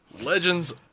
Legends